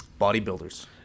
bodybuilders